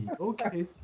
okay